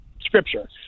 scripture